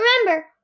Remember